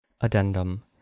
Addendum